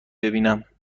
ببینم